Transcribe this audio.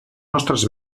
nostres